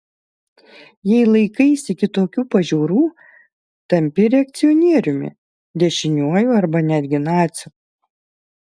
jei laikaisi kitokių pažiūrų tampi reakcionieriumi dešiniuoju arba netgi naciu